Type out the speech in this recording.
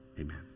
Amen